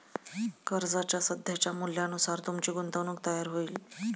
कर्जाच्या सध्याच्या मूल्यानुसार तुमची गुंतवणूक तयार होईल